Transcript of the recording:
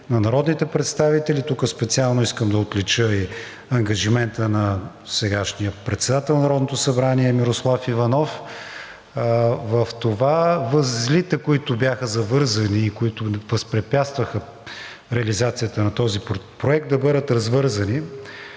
на народните представители. Тук специално искам да отлича и ангажимента на сегашния председател на Народното събрание – Мирослав Иванов, в това възлите, които бяха завързани и които възпрепятстваха реализацията на този проект, да бъдат развързани.